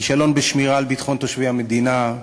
כישלון בשמירה על ביטחון תושבי המדינה,